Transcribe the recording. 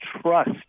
trust